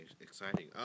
exciting